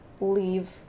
leave